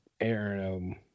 Aaron